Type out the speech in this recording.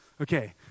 okay